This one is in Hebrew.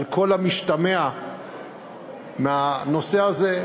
על כל המשתמע מהנושא הזה,